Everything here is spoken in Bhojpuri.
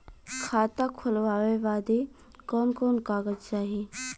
खाता खोलवावे बादे कवन कवन कागज चाही?